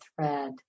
thread